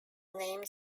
named